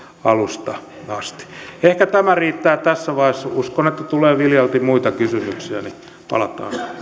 alusta asti ehkä tämä riittää tässä vaiheessa uskon että tulee viljalti muita kysymyksiä niin että palataan